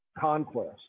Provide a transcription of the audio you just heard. conquest